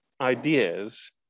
ideas